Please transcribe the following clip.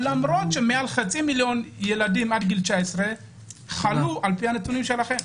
למרות שמעל חצי מיליון ילדים עד גיל 19 חלו על פי הנתונים שלכם.